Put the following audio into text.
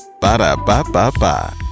Ba-da-ba-ba-ba